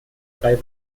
drei